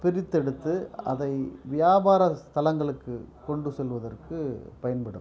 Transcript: பிரித்தெடுத்து அதை வியாபார ஸ்தலங்களுக்கு கொண்டு செல்வதற்கு பயன்படும்